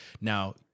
Now